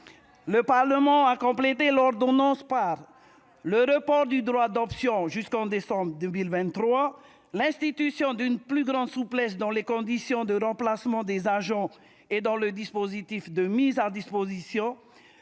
le Parlement a complété l'ordonnance par le report du droit d'option jusqu'en décembre 2023 ; l'institution d'une plus grande souplesse dans les conditions de remplacement des agents et dans le dispositif de mise à disposition